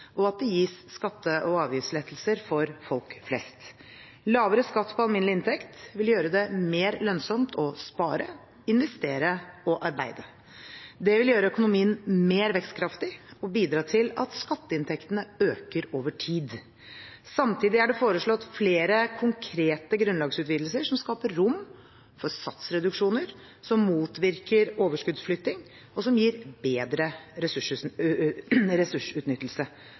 og at det gis skatte- og avgiftslettelser for folk flest. Lavere skatt på alminnelig inntekt vil gjøre det mer lønnsomt å spare, investere og arbeide. Det vil gjøre økonomien mer vekstkraftig og bidra til at skatteinntektene øker over tid. Samtidig er det foreslått flere konkrete grunnlagsutvidelser som skaper rom for satsreduksjoner, som motvirker overskuddsflytting, og som gir bedre ressursutnyttelse.